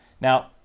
now